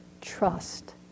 trust